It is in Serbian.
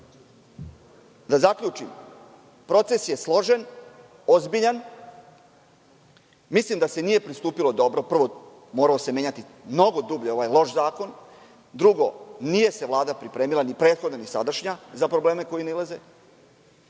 zaključim proces je složen, ozbiljan. Mislim da se nije pristupilo dobro. Prvo, moralo se menjati mnogo dublje ovaj loš zakon. Drugo, nije se Vlada pripremila ni prethodna ni sadašnja za probleme koji nailaze.